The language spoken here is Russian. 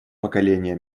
поколения